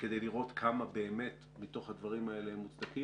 כדי לראות כמה באמת מתוך הדברים האלה הם מוצדקים